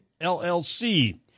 LLC